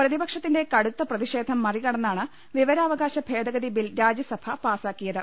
പ്രതിപക്ഷത്തിന്റെ കടുത്ത പ്രതിഷേധം മറികടന്നാണ് വിവരാവകാശ ഭേദഗതി ബിൽ രാജ്യസഭ പാസ്സാക്കിയത്